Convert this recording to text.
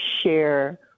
share